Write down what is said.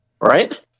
Right